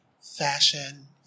Fashion